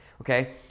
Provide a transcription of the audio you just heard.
okay